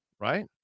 right